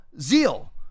zeal